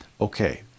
Okay